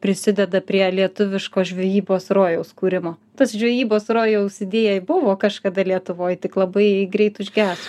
prisideda prie lietuviško žvejybos rojaus kūrimo tas žvejybos rojaus idėja buvo kažkada lietuvoj tik labai greit užgeso